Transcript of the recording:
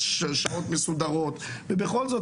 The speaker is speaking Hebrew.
יש שעות מסודרות ובכל זאת,